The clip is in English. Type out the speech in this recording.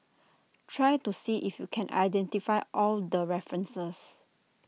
try to see if you can identify all the references